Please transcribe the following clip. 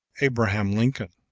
abraham lincoln